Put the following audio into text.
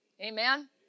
Amen